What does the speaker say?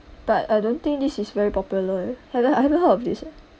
but I don't think this is very popular however I haven't heard of this